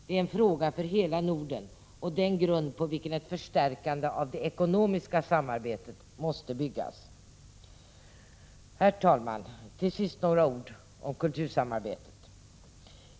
Det är en fråga för hela Norden och den grund på vilken ett förstärkande av det ekonomiska samarbetet måste bygga. Till sist några ord om kultursamarbetet.